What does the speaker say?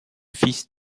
fils